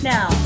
Now